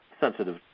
sensitive